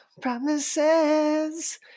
promises